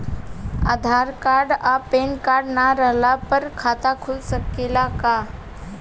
आधार card आ PAN card ना रहला पर खाता खुल सकेला का?